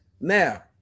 Now